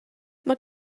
mae